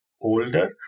older